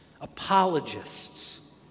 apologists